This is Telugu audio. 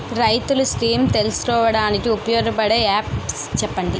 రైతులు స్కీమ్స్ తెలుసుకోవడానికి ఉపయోగపడే యాప్స్ చెప్పండి?